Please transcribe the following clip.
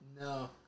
No